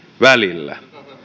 välillä